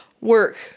Work